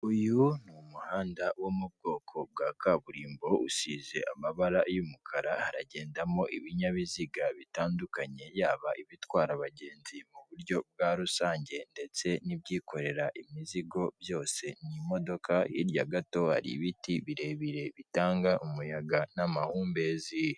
Uyu ni umuhanda wo mu bwoko bwa kaburimbo usize amabara y'umukara haragendamo ibinyabiziga bitandukanye, yaba ibitwara abagenzi mu buryo bwa rusange, ndetse n'ibyikorera imizigo byose n'imodoka. Hirya gato hari ibiti birebire bitanga umuyaga n'amahumbezi.